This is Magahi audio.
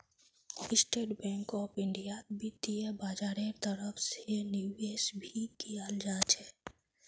स्टेट बैंक आफ इन्डियात वित्तीय बाजारेर तरफ से निवेश भी कियाल जा छे